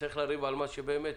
צריך לריב על מה שצריך באמת.